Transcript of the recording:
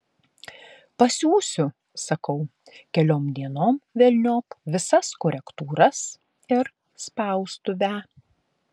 pasiųsiu sakau keliom dienom velniop visas korektūras ir spaustuvę